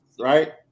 Right